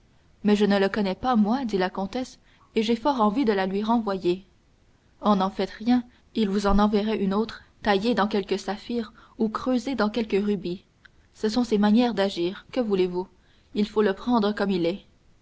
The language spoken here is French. mais je ne le connais pas moi dit la comtesse et j'ai fort envie de la lui renvoyer oh n'en faites rien il vous en enverrait une autre taillée dans quelque saphir ou creusée dans quelque rubis ce sont ses manières d'agir que voulez-vous il faut le prendre comme il est